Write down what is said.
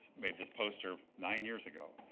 made this poster nine years ago,